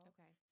Okay